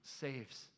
saves